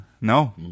no